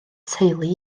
teulu